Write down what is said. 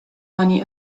money